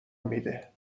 میده